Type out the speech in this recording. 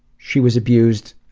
she was abused